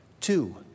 Two